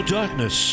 darkness